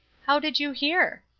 how did you hear?